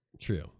true